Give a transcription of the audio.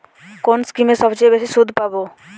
কোন স্কিমে সবচেয়ে বেশি সুদ পাব?